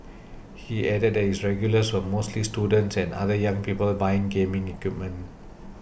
he added that his regulars were mostly students and other young people buying gaming equipment